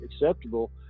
acceptable